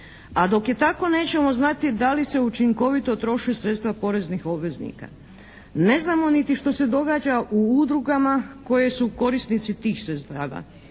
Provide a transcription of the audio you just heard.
A dok je tako nećemo znati da li se učinkovito troše sredstva poreznih obveznika. Ne znamo niti što se događa u udrugama koje su korisnici tih sredstava.